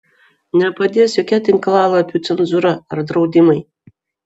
nepadės jokia tinklalapių cenzūra ar draudimai